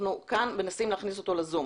אנחנו כאן מנסים להכניס אותו ל-זום.